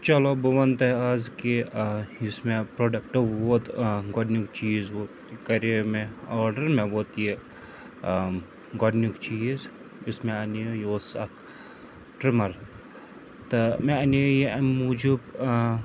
چلو بہٕ وَنہٕ تۄہہِ آز کہِ ٲں یُس مےٚ پرٛوڈَکٹہٕ ووت ٲں گۄڈٕنیٛک چیٖز ووت کَریٛیو مےٚ آرڈَر مےٚ ووت یہِ ٲں گۄڈٕنیٛک چیٖز یُس مےٚ اَنیٛیو یہِ اوس اَکھ ٹِرٛمَر تہٕ مےٚ اَنیٛیو یہِ اَمہِ موٗجوٗب ٲں